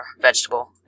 vegetable